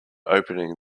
opening